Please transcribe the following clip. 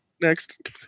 Next